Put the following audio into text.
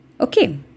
Okay